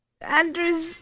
Andrew's